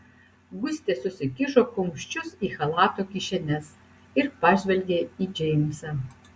gustė susikišo kumščius į chalato kišenes ir pažvelgė į džeimsą